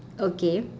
okay